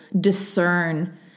discern